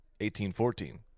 1814